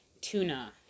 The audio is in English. tuna